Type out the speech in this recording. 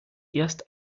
erst